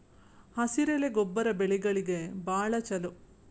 ಹಸಿರೆಲೆ ಗೊಬ್ಬರ ಬೆಳೆಗಳಿಗೆ ಬಾಳ ಚಲೋ